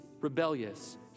rebellious